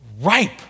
ripe